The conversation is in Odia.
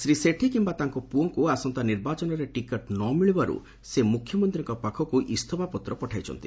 ଶ୍ରୀ ସେଠୀ କିମ୍ବା ତାଙ୍କ ପୁଅଙ୍କୁ ଆସନ୍ତା ନିର୍ବାଚନରେ ଟିକେଟ୍ ନ ମିଳିବାରୁ ସେ ମୁଖ୍ୟମନ୍ତୀଙ୍କ ପାଖକୁ ଇସ୍ତପା ପତ୍ର ପଠାଇଛନ୍ତି